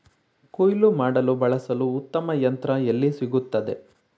ಕುಯ್ಲು ಮಾಡಲು ಬಳಸಲು ಉತ್ತಮ ಯಂತ್ರ ಎಲ್ಲಿ ಸಿಗುತ್ತದೆ?